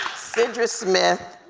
sidra smith,